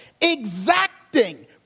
exacting